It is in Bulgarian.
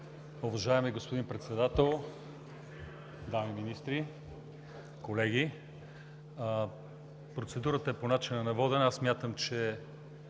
Уважаеми господин Председател, министри, колеги! Процедурата е по начина на водене. Аз смятам, че